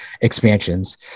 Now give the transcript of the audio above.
expansions